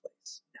place